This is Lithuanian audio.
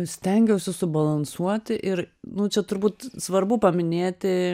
stengiausi subalansuoti ir nu čia turbūt svarbu paminėti